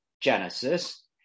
genesis